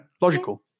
logical